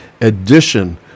edition